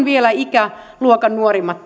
vielä ikäluokan nuorimmat